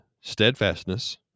steadfastness